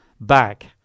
back